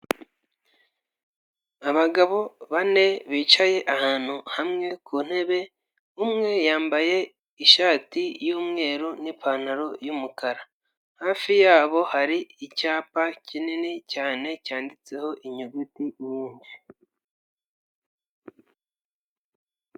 Abagabo bane bicaye ahantu hamwe ku ntebe, umwe yambaye ishati y'umweru n'ipantaro y'umukara, hafi yabo hari icyapa kinini cyane cyanditseho inyuguti nyinshi.